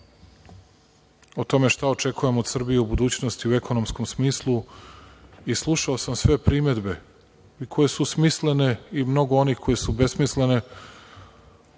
o tome šta očekujem od Srbije u budućnosti u ekonomskom smislu i slušao sam sve primedbe, i koje su smislene i mnogo onih koje su besmislene,